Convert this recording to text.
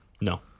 No